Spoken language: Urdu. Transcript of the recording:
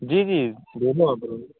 جی جی بولو اب